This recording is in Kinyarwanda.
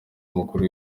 umukuru